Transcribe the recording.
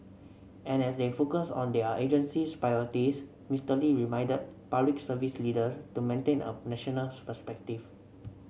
and as they focus on their agency's priorities Mister Lee reminded Public Service leader to maintain a national perspective